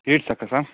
eight ಸಾಕಾ sir